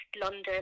London